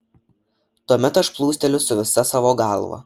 tuomet aš plūsteliu su visa savo galia